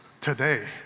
today